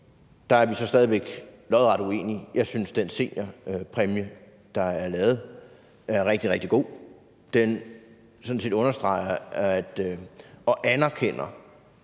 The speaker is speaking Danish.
der er vi så stadig væk lodret uenige. Jeg synes, at den seniorpræmie, der er lavet, er rigtig, rigtig god. Den understreger og anerkender